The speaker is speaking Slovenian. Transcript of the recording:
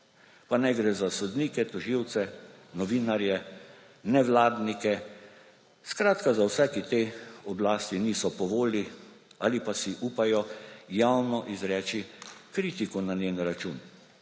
pa naj gre za sodnike, tožilce, novinarje, nevladnike. Skratka za vse, ki tej oblasti niso po volji ali pa si upajo javno izreči kritiko na njen račun,